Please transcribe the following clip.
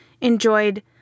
enjoyed